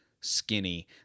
skinny